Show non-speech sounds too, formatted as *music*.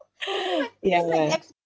*breath* ya lah